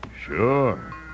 Sure